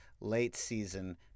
late-season